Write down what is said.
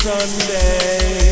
Sunday